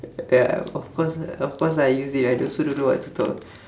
ya of course lah of course I use it I also don't know what to talk